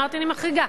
אמרתי: אני מחריגה.